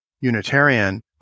Unitarian